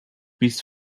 bis